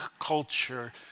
culture